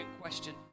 question